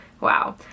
wow